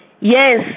Yes